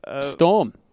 Storm